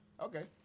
okay